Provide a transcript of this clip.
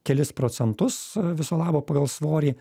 kelis procentus viso labo pagal svorį